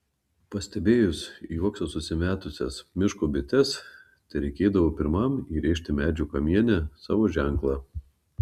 pastebėjus į uoksą susimetusias miško bites tereikėdavo pirmam įrėžti medžio kamiene savo ženklą